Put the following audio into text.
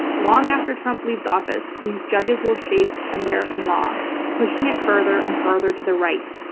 long after trump leaves office, these judges will shape american law, pushing it further and further to the right,